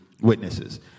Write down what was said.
witnesses